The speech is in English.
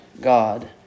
God